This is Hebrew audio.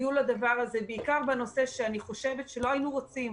יהיו לדבר הזה, בעיקר משום לא היינו רוצים